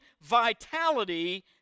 vitality